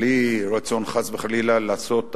בלי רצון חס וחלילה לעשות הפרדות,